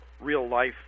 real-life